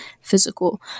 physical